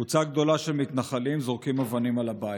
קבוצה גדולה של מתנחלים זורקים אבנים על הבית.